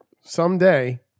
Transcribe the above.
Someday